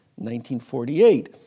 1948